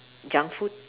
junk food